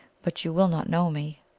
but you will not know me.